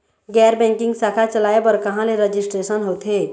गैर बैंकिंग शाखा चलाए बर कहां ले रजिस्ट्रेशन होथे?